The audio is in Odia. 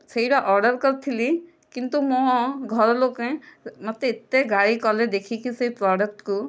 ସେଇଟା ଅର୍ଡ଼ର କରିଥିଲି କିନ୍ତୁ ମୋ ଘର ଲୋକ ମୋତେ ଏତେ ଗାଳି କଲେ ସେ ପ୍ରଡକ୍ଟକୁ ଦେଖିକି